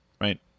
right